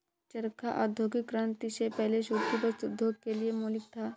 चरखा औद्योगिक क्रांति से पहले सूती वस्त्र उद्योग के लिए मौलिक था